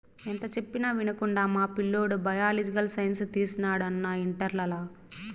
ఎంత చెప్పినా వినకుండా మా పిల్లోడు బయలాజికల్ సైన్స్ తీసినాడు అన్నా ఇంటర్లల